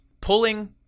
pulling